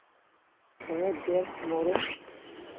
ᱯᱮ ᱜᱮᱞ ᱢᱚᱬᱮ